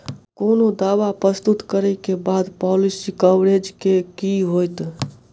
कोनो दावा प्रस्तुत करै केँ बाद पॉलिसी कवरेज केँ की होइत?